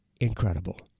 incredible